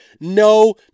no